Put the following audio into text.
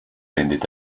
ended